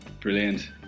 Brilliant